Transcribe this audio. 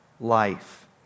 life